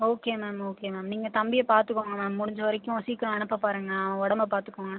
okay ma'am okay ma'am நீங்கள் தம்பியை பார்த்துக்கோங்க மேம் முடிஞ்ச வரைக்கும் சீக்கிரம் அனுப்ப பாருங்கள் அவன் உடம்பை பார்த்துக்கோங்க